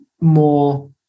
more